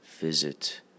visit